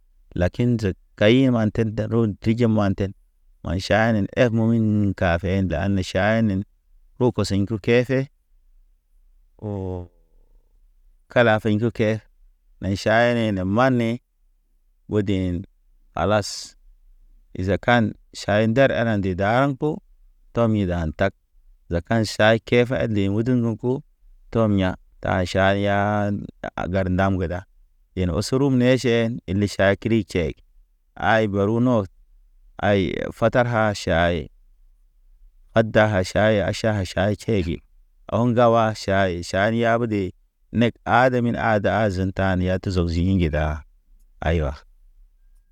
Lakin zek kayman ten daron tuji man ten ma ʃa enen, eb mominka. Kafe ɗan ne ʃayenen ru kɔseɲ ku kefe. O kala feɲ ki ke, nay ʃayene ne man ni ɓodin kalas. Izakan ʃaye nder ana nde daren ko, tɔm i dan tag. Lakaɲ say ke fa ede udu nuku tɔm ya̰ ta ʃari ya. A gar ndam ge da in osorum neʃen, hile ʃay kri tʃek. Ay baru no ay fatar ha ʃay, ada ha ʃaya ha ʃay tʃege. Ɔŋ ŋgawa ʃay, ʃay ya ɓedee, nek adə min ada azen ta. Tan yatu zɔgzini ŋgeda, aywa.